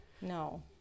No